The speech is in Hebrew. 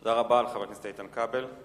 תודה רבה לחבר הכנסת איתן כבל.